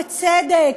בצדק,